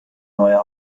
neuer